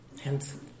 Hence